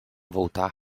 voltar